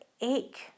ache